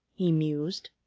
he mused.